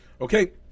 okay